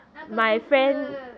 那个不是